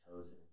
chosen